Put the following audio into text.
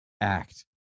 act